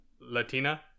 Latina